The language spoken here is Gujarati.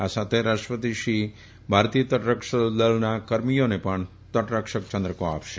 આ સાથે રાષ્ટ્રપતિ શ્રી ભારતીય તટરક્ષક દળના કર્મીઓને તટરક્ષક ચંદ્રકો આપશે